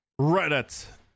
Reddit